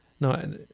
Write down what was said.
No